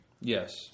Yes